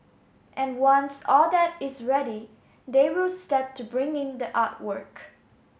and once all that is ready they will start to bring in the artwork